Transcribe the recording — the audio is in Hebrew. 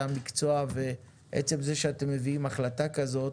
המקצוע ועצם זה שאתם מביאים החלטה כזאת